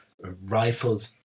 rifles